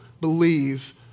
believe